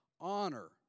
Honor